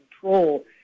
control